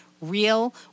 real